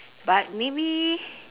but maybe